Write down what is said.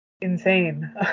insane